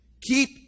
Keep